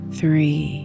three